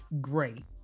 great